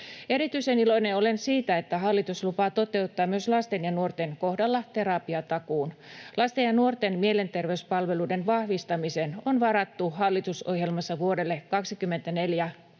Erityisen iloinen olen siitä, että hallitus lupaa toteuttaa myös lasten ja nuorten kohdalla terapiatakuun. Lasten ja nuorten mielenterveyspalveluiden vahvistamiseen on varattu hallitusohjelmassa vuodelle 24